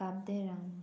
काब दे राम